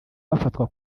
bafatwa